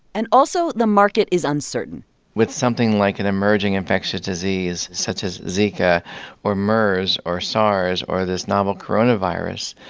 and also, also, the market is uncertain with something like an emerging infectious disease, such as zika or mers or sars or this novel coronavirus,